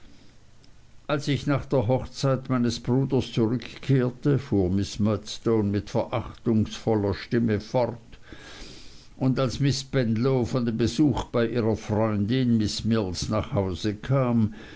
als ich nach der hochzeit meines bruders zurückkehrte fuhr miß murdstone mit verachtungsvoller stimme fort und als miß spenlow von dem besuch bei ihrer freundin miß mills nach hause kam